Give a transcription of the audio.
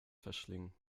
verschlingen